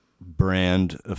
brand